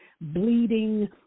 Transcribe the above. bleeding